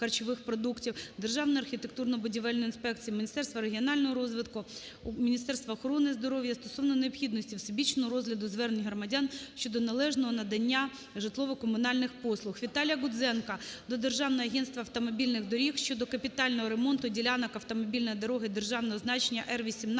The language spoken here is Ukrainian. Державної архітектурно-будівельної інспекції, Міністерства регіонального розвитку, Міністерства охорони здоров'я стосовно необхідності всебічного розгляду звернень громадян щодо належного надання житлово-комунальних послуг. Віталія Гудзенка до Державного агентства автомобільних доріг щодо капітального ремонту ділянок автомобільної дороги державного значення Р-18